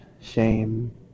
shame